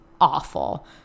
awful